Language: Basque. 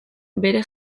bere